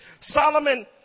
Solomon